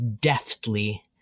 deftly